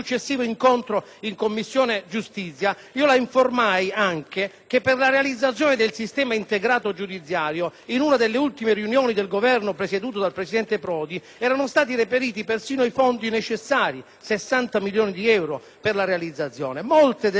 che per la realizzazione del sistema integrato giudiziario, in una delle ultime riunioni del Governo presieduto dal presidente Prodi, erano stati reperiti persino i fondi necessari, 60 milioni di euro. Molte delle tessere di questo meraviglioso mosaico, che non è un sogno ma una realtà